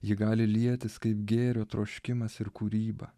ji gali lietis kaip gėrio troškimas ir kūryba